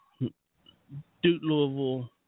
Duke-Louisville